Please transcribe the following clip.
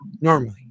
normally